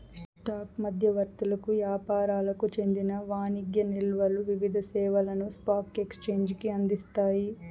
stock మధ్యవర్తులకు యాపారులకు చెందిన వాణిజ్య నిల్వలు వివిధ సేవలను స్పాక్ ఎక్సేంజికి అందిస్తాయి